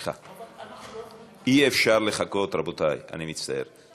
סליחה, אי-אפשר לחכות, רבותי, אני מצטער.